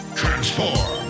transform